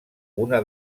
una